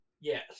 Yes